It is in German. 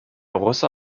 russe